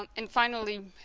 um and finally